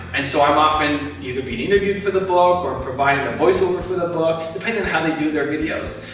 and so, i'm often either being interviewed for the book, or providing a voiceover for the book, depending on how they do their videos.